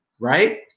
right